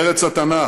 ארץ התנ"ך,